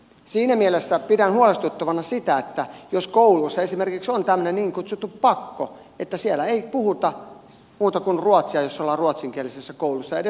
siinä mielessä pidän huolestuttavana sitä jos kouluissa esimerkiksi on tämmöinen niin kutsuttu pakko että siellä ei puhuta muuta kuin ruotsia jos ollaan ruotsinkielisessä koulussa edes välitunnilla